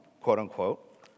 quote-unquote